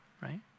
right